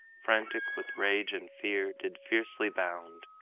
frantic with rage and fear, did fiercely bound.